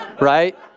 right